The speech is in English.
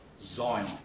Zion